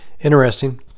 Interesting